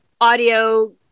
audio